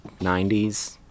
90s